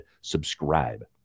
subscribe